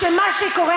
אנחנו נגיש הצעת חוק,